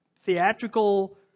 theatrical